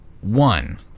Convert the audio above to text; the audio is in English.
one